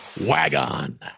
Wagon